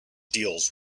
deals